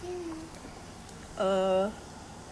bless you excuse you